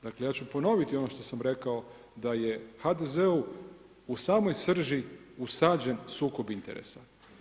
Dakle ja ću ponoviti ono što sam rekao da je HDZ-u u samoj srži usađen sukob interesa.